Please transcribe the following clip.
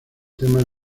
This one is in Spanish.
temas